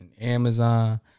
Amazon